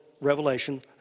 Revelation